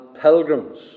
pilgrims